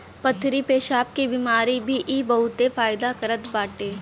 पथरी पेसाब के बेमारी में भी इ बहुते फायदा करत बाटे